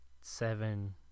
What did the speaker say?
Seven